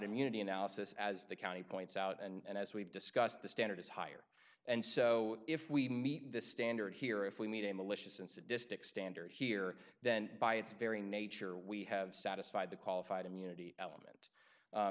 immunity analysis as the county points out and as we've discussed the standard is higher and so if we meet the standard here if we meet a malicious and sadistic standard here then by its very nature we have satisfied the qualified immunity element